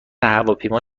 هواپیما